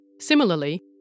Similarly